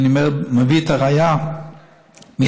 ואני מביא את הראיה מהחייאה: